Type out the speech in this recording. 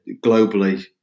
globally